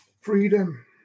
Freedom